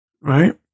Right